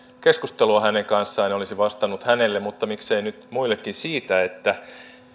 keskustelua hänen kanssaan ja olisin vastannut hänelle mutta miksei nyt muillekin että